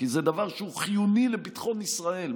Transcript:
כי זה דבר שהוא חיוני לביטחון ישראל,